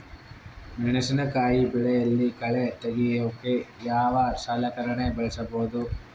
ಮೆಣಸಿನಕಾಯಿ ಬೆಳೆಯಲ್ಲಿ ಕಳೆ ತೆಗಿಯೋಕೆ ಯಾವ ಸಲಕರಣೆ ಬಳಸಬಹುದು?